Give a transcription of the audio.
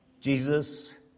jesus